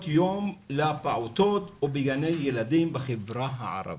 יום לפעוטות או בגני ילדים בחברה הערבית.